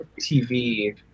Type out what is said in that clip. tv